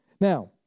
now